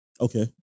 Okay